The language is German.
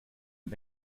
den